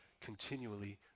continually